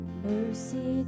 mercy